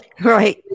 right